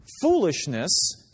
Foolishness